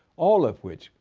all of which,